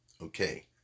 Okay